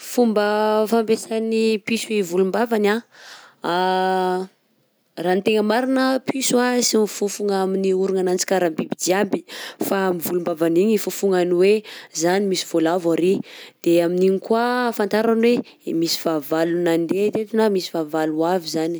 Fomba fampiasan'ny piso i volom-bavany anh, raha ny tegna marina piso anh sy mifofogna amin'ny orognananjy karaha biby jiaby fa am'volom-bavany igny hifofognany hoe zany misy voalavo arÿ, de amin'iny koa ahafantarany hoe misy fahavalo nandeha teto na misy fahavalo ho avy izany.